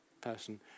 person